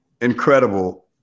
incredible